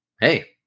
hey